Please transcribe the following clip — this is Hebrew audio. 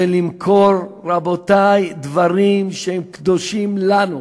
זה למכור, רבותי, דברים שהם קדושים לנו.